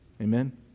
amen